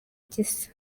gisa